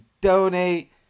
donate